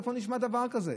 איפה נשמע דבר כזה?